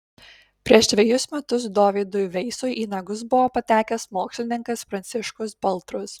prieš dvejus metus dovydui veisui į nagus buvo patekęs mokslininkas pranciškus baltrus